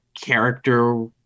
character